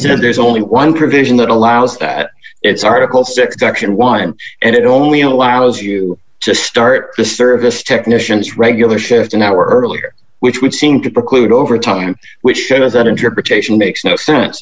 said there's only one provision that allows that it's article six gushing wine and it only allows you to start the service technicians regular shift an hour earlier which would seem to preclude overtime which shows that interpretation makes no sense